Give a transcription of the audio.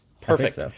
Perfect